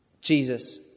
Jesus